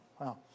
wow